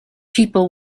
people